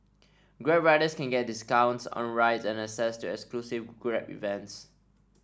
grab riders can get discounts on rides and access to exclusive Grab events